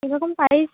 কী রকম সাইজ